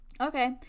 Okay